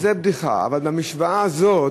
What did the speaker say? זו בדיחה, אבל לפי המשוואה הזאת,